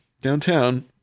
downtown